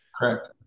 Correct